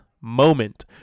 Moment